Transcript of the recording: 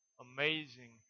amazing